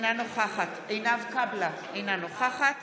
אינה נוכחת עינב קאבלה, אינה נוכחת